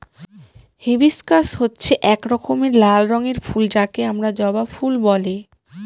hibiscus হচ্ছে এক রকমের লাল রঙের ফুল যাকে আমরা জবা ফুল বলে